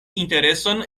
intereson